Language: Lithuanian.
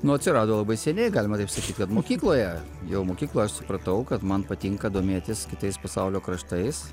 nu atsirado labai seniai galima taip sakyt kad mokykloje jau mokykloje aš supratau kad man patinka domėtis kitais pasaulio kraštais